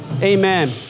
amen